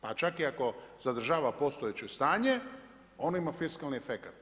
Pa čak i ako zadržava postojeće stanje, on ima fiskalnu efekat.